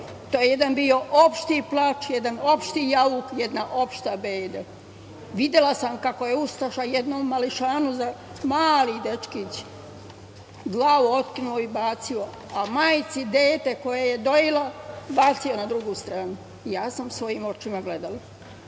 To je jedan bio opšti plač, jedan opšti jauk, jedna opšta beda. Videla sam kako je ustaša jednom mališanu, mali dečkić, glavu otkinuo i bacio, a majci dete koje je dojila bacio na drugu stranu. Ja sam svojim očima gledala,